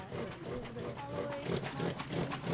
it's elizabeth holloway marston,